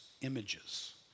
images